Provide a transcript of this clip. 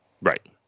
Right